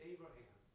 Abraham